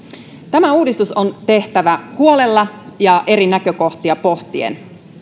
tämä uudistus on tehtävä huolella ja eri näkökohtia pohtien